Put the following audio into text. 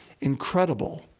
incredible